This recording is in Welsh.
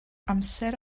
amser